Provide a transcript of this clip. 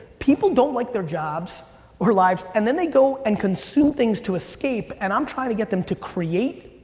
people don't like their jobs or lives and then they go and consume things to escape and i'm trying to get them to create